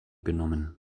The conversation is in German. genommen